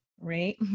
right